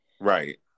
Right